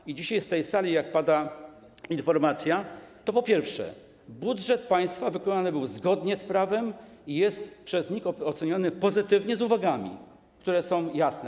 I dzisiaj z tej sali pada informacja, po pierwsze, że budżet państwa wykonany był zgodnie z prawem i jest przez NIK oceniany pozytywnie, choć z uwagami, które są jasne.